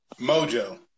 Mojo